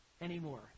anymore